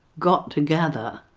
got together,